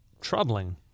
troubling